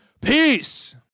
Peace